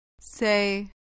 Say